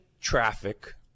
traffic